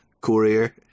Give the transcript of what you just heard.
Courier